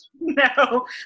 No